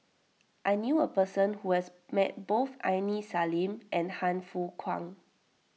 I knew a person who has met both Aini Salim and Han Fook Kwang